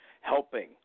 helping